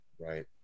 right